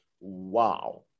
wow